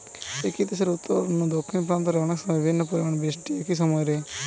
একই দেশের উত্তর নু দক্ষিণ প্রান্ত রে অনেকসময় বিভিন্ন পরিমাণের বৃষ্টি হয় একই সময় রে